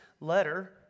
letter